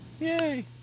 Yay